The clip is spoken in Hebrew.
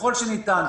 ככל שניתן,